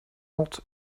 not